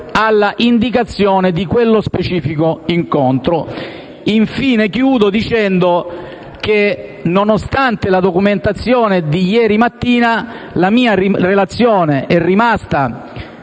all'indicazione di quello specifico incontro. Infine, chiudo dicendo che, nonostante la documentazione di ieri mattina, la mia relazione è rimasta